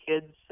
kids